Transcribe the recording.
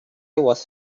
was